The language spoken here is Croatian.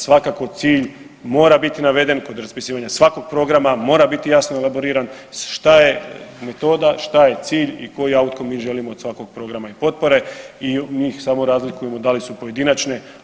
Svakako cilj mora biti naveden kod raspisivanja svakog programa, mora biti jasno elaboriran, šta je metoda, šta je cilj i koji … [[Govornik se ne razumijem.]] mi želimo od svakog programa i potpore i mi ih samo razlikujemo da li su pojedinačne.